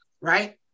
right